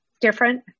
different